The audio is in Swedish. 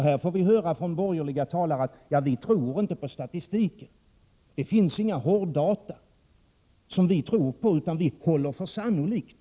Här får vi höra från borgerliga talare: Ja, vi tror inte på statistiken — det finns inga hårddata som vi tror på, utan vi håller för sannolikt.